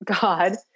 God